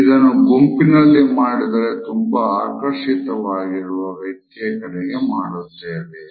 ಇದನ್ನು ಗುಂಪಿನಲ್ಲಿ ಮಾಡಿದರೆ ತುಂಬಾ ಆಕರ್ಷಿತರಾಗಿರುವ ವ್ಯಕ್ತಿಯ ಕಡೆಗೆ ಮಾಡುತ್ತೇವೆ